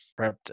prepped